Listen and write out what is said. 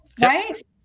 right